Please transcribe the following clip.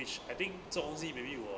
which I think 重要是 maybe 我